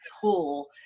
pull